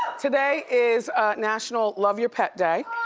today is national love your pet day.